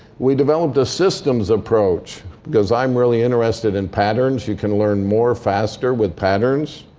we developed a systems approach. because i'm really interested in patterns. you can learn more faster with patterns.